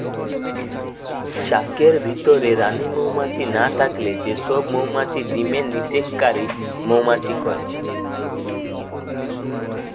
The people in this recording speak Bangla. চাকের ভিতরে রানী মউমাছি না থাকলে যে সব মউমাছি ডিমের নিষেক কারি মউমাছি কয়